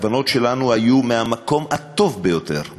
הכוונות שלנו היו מהמקום הטוב ביותר,